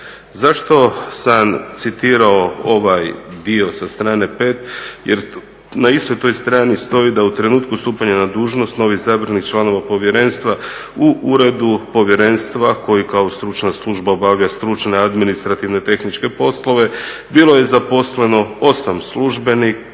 Zašto sam citirao ovaj dio sa strane 5. jer na istoj toj strani stoji da u trenutku stupanja na dužnost novo izabranih članova Povjerenstva u uredu Povjerenstva koji kao stručna služba obavlja stručne administrativne tehničke poslove bilo je zaposleno 8 službenika